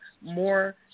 more